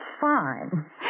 fine